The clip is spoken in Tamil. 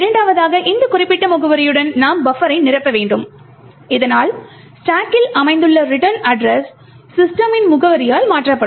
இரண்டாவதாக இந்த குறிப்பிட்ட முகவரியுடன் நாம் பஃபரை நிரப்ப வேண்டும் இதனால் ஸ்டாக் கில் அமைந்துள்ள ரிட்டர்ன் அட்ரஸ் system இன் முகவரியால் மாற்றப்படும்